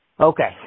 Okay